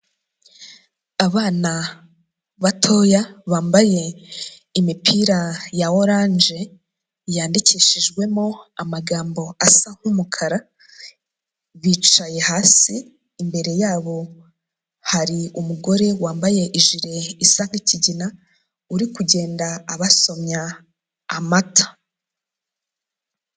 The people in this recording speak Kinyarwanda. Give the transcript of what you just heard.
Abana batoya bambaye imipira ya oranje yandikishijwemo amagambo asa nk'umukara bicaye hasi imbere yabo hari umugore wambaye ijire isa nk'ikigina uri kugenda abasomya amata.